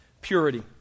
purity